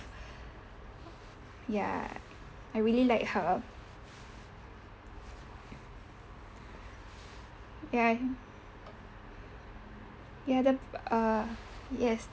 ya I really like her ya ya the err yes